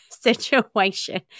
situation